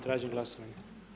Tražim glasovanje.